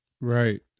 Right